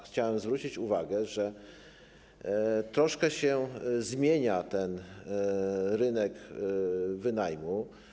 Chciałem zwrócić uwagę, że troszkę się zmienia ten rynek wynajmu.